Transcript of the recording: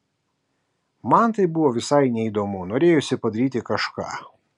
man tai buvo visai neįdomu norėjosi padaryti kažką